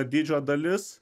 dydžio dalis